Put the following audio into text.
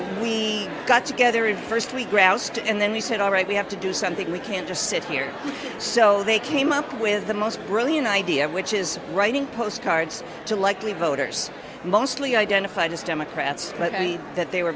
we got together and first we groused and then we said all right we have to do something we can't just sit here so they came up with the most brilliant idea which is writing postcards to likely voters mostly identified as democrats but that they were